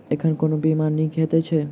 एखन कोना बीमा नीक हएत छै?